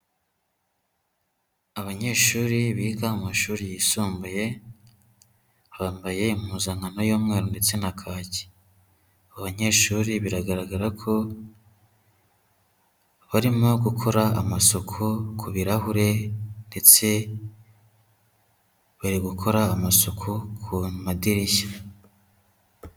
Abanyeshuri biga mu mashuri yisumbuye, bambaye impuzankano y'umweru ndetse na kake. Aba banyeshuri biragaragara ko barimo gukora amasuku ku birahure ndetse bari gukora amasuku ku madirishya.